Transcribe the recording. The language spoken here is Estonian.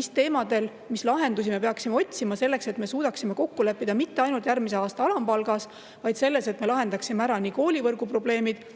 mis teemadel, mis lahendusi me peaksime otsima selleks, et me suudaksime kokku leppida mitte ainult järgmise aasta alampalgas, vaid selles, et me lahendame ära nii koolivõrgu probleemid,